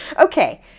Okay